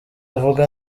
uvuga